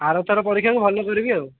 ଆର ଥର ପରୀକ୍ଷାକୁ ଭଲ କରି ବି ଆଉ